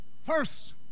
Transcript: First